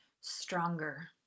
stronger